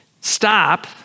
Stop